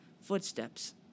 footsteps